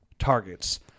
targets